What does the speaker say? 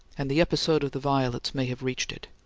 and the episode of the violets may have reached it.